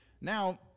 Now